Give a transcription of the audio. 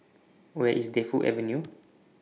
Where IS Defu Avenue